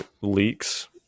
leaks